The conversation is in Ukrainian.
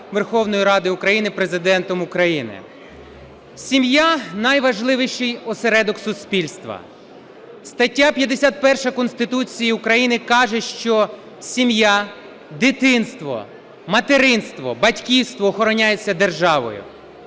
Верховної Ради України Президентом України. Сім'я – найважливіший осередок суспільства. Стаття 51 Конституції України каже, що сім'я, дитинство, материнство, батьківство охороняється державою.